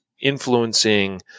influencing